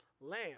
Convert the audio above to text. lamb